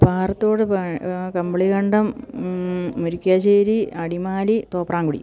Parathodu Kambilikandam Murikkassery Adimali Thopramkudy